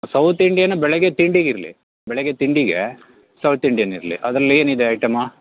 south Indian ಬೆಳಗ್ಗೆ ತಿಂಡಿಗಿರಲಿ ಬೆಳಗ್ಗೆ ತಿಂಡಿಗೆ ಸೌತ್ ಇಂಡಿಯನ್ ಇರಲಿ ಅದ್ರಲ್ಲಿ ಏನಿದೆ ಐಟಮು